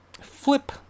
Flip